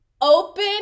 Open